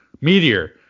meteor